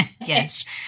Yes